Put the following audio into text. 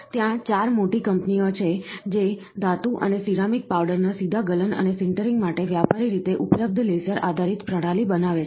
ત્યાં 4 મોટી કંપનીઓ છે જે ધાતુ અને સિરામિક પાવડરના સીધા ગલન અને સિન્ટરિંગ માટે વ્યાપારી રીતે ઉપલબ્ધ લેસર આધારિત પ્રણાલી બનાવે છે